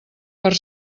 per